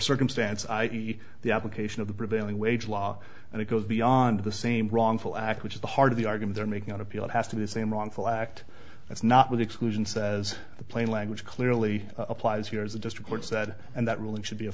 circumstance i e the application of the prevailing wage law and it goes beyond the same wrongful act which is the heart of the argument they're making on appeal it has to be the same wrongful act that's not with exclusion says the plain language clearly applies here as the district court said and that ruling should be a